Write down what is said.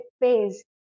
phase